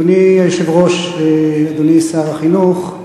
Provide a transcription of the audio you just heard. אדוני היושב-ראש, אדוני שר החינוך,